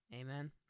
Amen